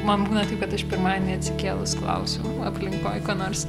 man bet aš pirmadienį atsikėlus klausiu aplinkoj nors